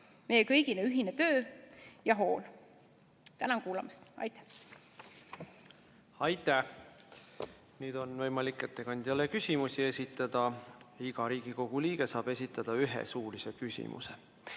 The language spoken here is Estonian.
meie kõigi ühine töö ja hool. Tänan kuulamast! Aitäh! Nüüd on võimalik ettekandjale küsimusi esitada. Iga Riigikogu liige saab esitada ühe küsimuse.